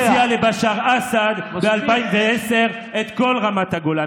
שהציע לבשאר אסד ב-2010 את כל רמת הגולן.